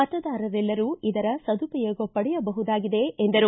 ಮತದಾರರೆಲ್ಲರೂ ಇದರ ಸದುಪಯೋಗ ಪಡೆಯಬಹುದಾಗಿದೆ ಎಂದರು